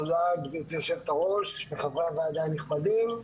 תודה גבירתי יושבת-הראש וחברי הוועדה הנכבדים,